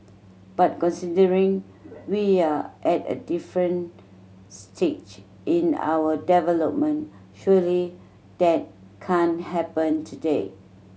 but considering we are at a different stage in our development surely that can't happen today